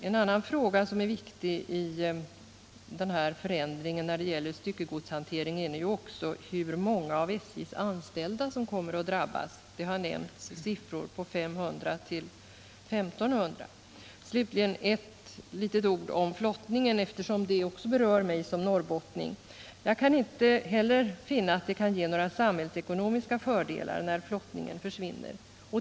En annan fråga som är viktig i den här förändringen när det gäller styckegodshantering är nu också hur många av SJ:s anställda som kommer att drabbas. Det har nämnts siffror på 500-1 500. Slutligen några ord om flottningen, eftersom den också berör mig som norrbottning. Jag kan inte heller finna att det kan ge några samhällsekonomiska fördelar när flottningen försvinner.